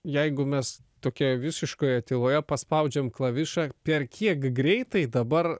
jeigu mes tokioje visiškoje tyloje paspaudžiam klavišą per kiek greitai dabar